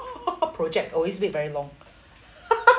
project always wait very long